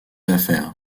affaires